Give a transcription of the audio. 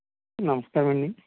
నమస్కారమండి